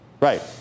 Right